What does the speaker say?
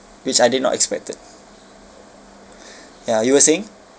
which I did not expected ya you were saying